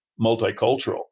multicultural